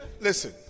listen